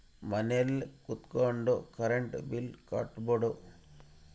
ಮನೆಲ್ ಕುತ್ಕೊಂಡ್ current bill ಕಟ್ಬೊಡು